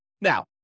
Now